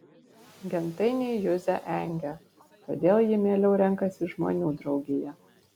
gentainiai juzę engia todėl ji mieliau renkasi žmonių draugiją